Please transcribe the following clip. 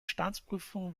staatsprüfung